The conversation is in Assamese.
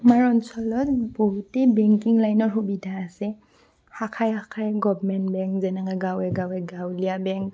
আমাৰ অঞ্চলত বহুতেই বেংকিং লাইনৰ সুবিধা আছে শাখাই শাখাই গভমেণ্ট বেংক যেনে গাঁৱে গাঁৱে গাঁৱলীয়া বেংক